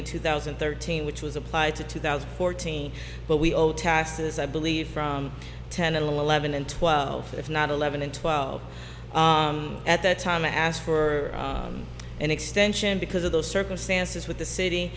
in two thousand and thirteen which was applied to two thousand fourteen but we owe taxes i believe from ten and eleven and twelve if not eleven and twelve at the time i asked for an extension because of the circumstances with the city